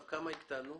כמה הקטנו?